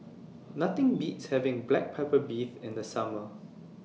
Nothing Beats having Black Pepper Beef in The Summer